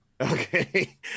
Okay